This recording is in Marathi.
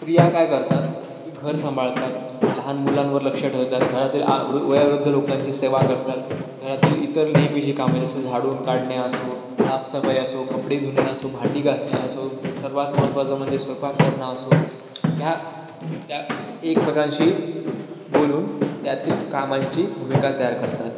स्त्रिया काय करतात की घर सांभाळतात लहान मुलांवर लक्ष ठेवतात घरातील आ वृ वयोवृद्ध लोकांची सेवा करतात घरातील इतर नेहमीची कामे जसं झाडून काढणे असो साफसफाई असो कपडे धुणे असो भांडी घासणे असो सर्वात महत्त्वाचं म्हणजे स्वयंपाक करणं असो ह्या त्या एकमेकांशी बोलून त्यातील कामांची भूमिका तयार करतात